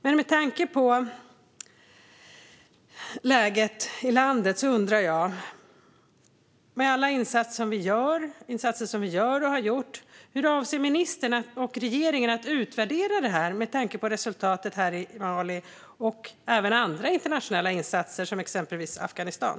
Men med tanke på läget i landet och alla insatser vi gör och har gjort undrar jag: Hur avser ministern och regeringen att utvärdera detta med tanke på resultatet i Mali och även andra internationella insatser, exempelvis i Afghanistan?